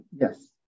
Yes